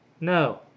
No